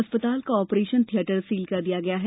अस्पताल का operation theatre सील कर दिया गया है